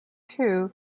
two